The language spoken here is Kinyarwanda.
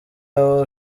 aho